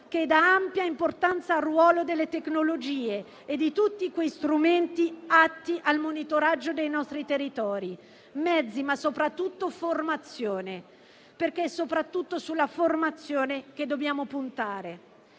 esame dà ampia importanza al ruolo delle tecnologie e di tutti quegli strumenti atti al monitoraggio dei nostri territori. Mezzi, ma soprattutto formazione, perché è principalmente sulla formazione che dobbiamo puntare.